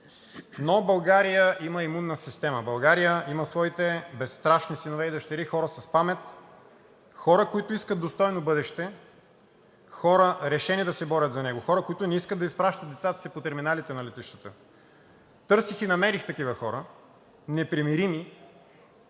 Но България има имунна система, България има своите безстрашни синове и дъщери – хора с памет, хора, които искат достойно бъдеще, хора, решени да се борят за него, хора, които не искат да изпращат децата си по терминалите на летището. Търсих и намерих такива хора – непримирими,